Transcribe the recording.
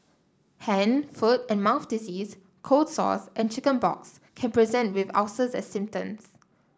hand foot and mouth disease cold sores and chicken pox can present with ulcers as symptoms